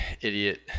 idiot